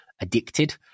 addicted